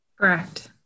Correct